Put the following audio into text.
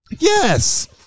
Yes